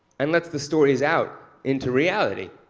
and lets the stories out into reality.